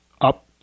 up